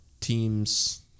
teams